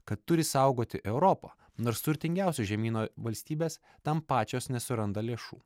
kad turi saugoti europą nors turtingiausio žemyno valstybės tam pačios nesuranda lėšų